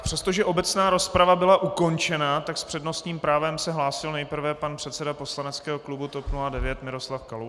Přestože obecná rozprava byla ukončena, tak s přednostním právem se hlásil nejprve pan předseda poslaneckého klubu TOP 09 Miroslav Kalousek.